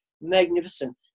magnificent